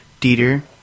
Dieter